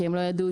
כי הם לא ידעו.